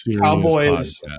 cowboys